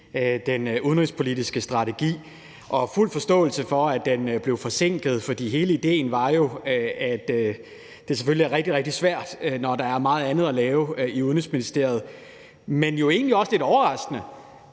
den udenrigspolitiske strategi, og fuld forståelse for, at den blev forsinket, for hele idéen var jo, at det selvfølgelig er rigtig, rigtig svært, når der er meget andet at lave i Udenrigsministeriet. Men det er jo egentlig også lidt overraskende,